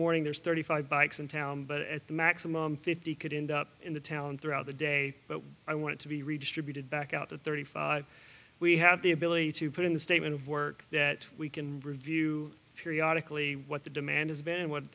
morning there's thirty five bikes in town but at the maximum fifty could end up in the talent throughout the day but i want to be redistributed back out to thirty five we have the ability to put in the statement of work that we can review periodic lee what the demand has been and what